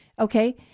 okay